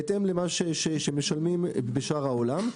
בהתאם למה שמשלמים בשאר העולם.